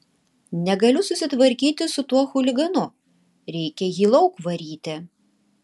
negaliu susitvarkyti su tuo chuliganu reikia jį lauk varyti